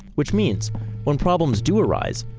which means when problems do arise,